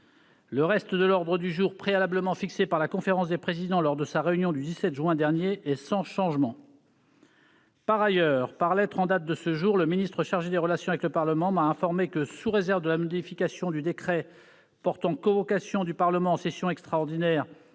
Le reste de l'ordre du jour préalablement fixé par la conférence des présidents lors de sa réunion du 17 juin dernier est sans changement. Par ailleurs, par lettre en date de ce jour, le ministre chargé des relations avec le Parlement m'a informé que, sous réserve de la modification du décret portant convocation du Parlement en session extraordinaire